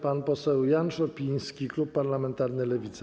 Pan poseł Jan Szopiński, klub parlamentarny Lewicy.